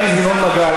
חבר הכנסת ינון מגל,